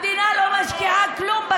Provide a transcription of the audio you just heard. המדינה לא משקיעה כלום,